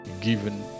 given